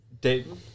Dayton